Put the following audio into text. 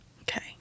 okay